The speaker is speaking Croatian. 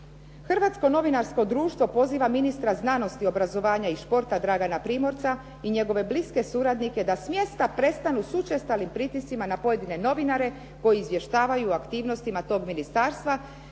"Hrvatsko novinarsko društvo poziva ministra znanosti, obrazovanja i športa Dragana Primorca i njegove bliske suradnike da smjesta prestanu s učestalim pritiscima na pojedine novinare koji izvještavaju o aktivnostima toga ministarstva,